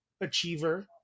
achiever